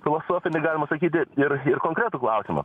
filosofinį galima sakyti ir ir konkretų klausimą